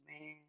man